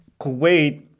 Kuwait